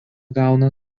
gauna